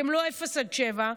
כי הם לא 0 7 ק"מ,